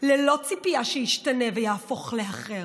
ללא ציפייה שישתנה ויהפוך לאחר,